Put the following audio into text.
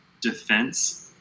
defense